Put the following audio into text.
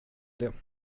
det